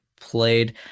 played